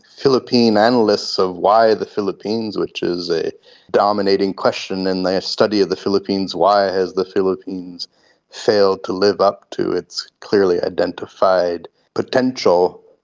philippine analysts of why the philippines, which is a dominating question in the study of the philippines, why has the philippines failed to live up to its clearly identified potential,